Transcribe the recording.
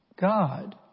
God